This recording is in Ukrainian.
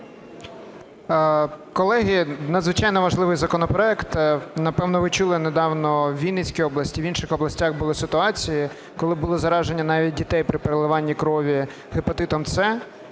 Колеги, надзвичайно важливий законопроект. Напевно, ви чули недавно у Вінницький області, в інших областях були ситуації, коли були зараження навіть дітей при переливанні крові гепатитом С.